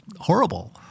horrible